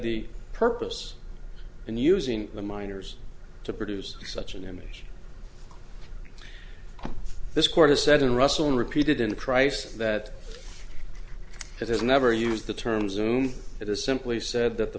the purpose and using the miners to produce such an image this court has said and russell repeated in price that it has never used the term zoom it is simply said that the